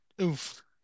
Oof